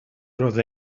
roedd